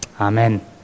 Amen